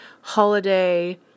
holiday